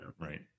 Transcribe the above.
Right